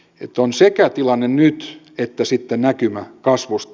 on sekä tilanne nyt että sitten näkymä kasvusta